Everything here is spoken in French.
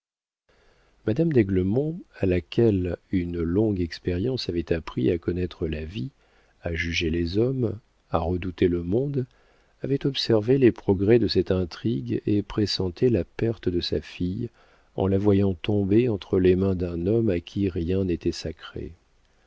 madame d'aiglemont à laquelle une longue expérience avait appris à connaître la vie à juger les hommes à redouter le monde avait observé les progrès de cette intrigue et pressentait la perte de sa fille en la voyant tombée entre les mains d'un homme à qui rien n'était sacré